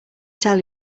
tell